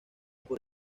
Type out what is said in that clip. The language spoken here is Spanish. por